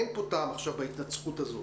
אין פה טעם עכשיו בהתנצחות הזאת.